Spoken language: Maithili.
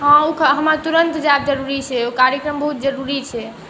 हाँ ओ हमरा तुरन्त जाएब जरूरी छै ओ कार्यक्रम बहुत जरूरी छै